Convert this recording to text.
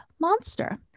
Monster